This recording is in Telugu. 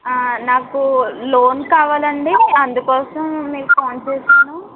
నాకు లోన్ కావాలండి అందుకోసం మీకు ఫోన్ చేసాను